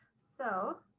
so,